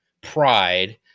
pride